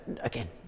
again